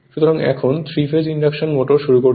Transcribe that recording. সুতরাং এখন 3 phase induction motor শুরু করছি